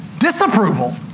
Disapproval